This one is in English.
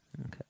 okay